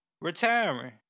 Retiring